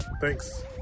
Thanks